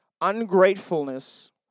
Ungratefulness